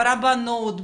ברבנות,